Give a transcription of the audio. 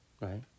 Right